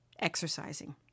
exercising